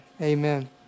Amen